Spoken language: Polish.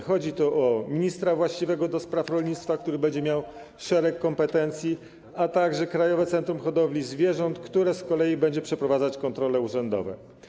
Chodzi tu o ministra właściwego do spraw rolnictwa, który będzie miał szereg kompetencji, a także Krajowe Centrum Hodowli Zwierząt, które z kolei będzie przeprowadzać kontrole urzędowe.